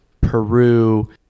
peru